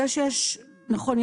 נכון.